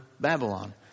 Babylon